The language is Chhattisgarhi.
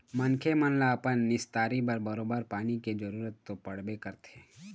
मनखे मन ल अपन निस्तारी बर बरोबर पानी के जरुरत तो पड़बे करथे